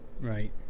Right